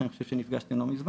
שאני חושב שנפגשתם לא מזמן.